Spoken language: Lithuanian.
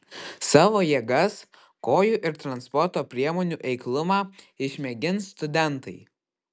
savo jėgas kojų ir transporto priemonių eiklumą išmėgins studentai